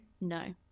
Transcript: No